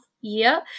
year